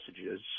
messages